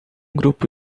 grupo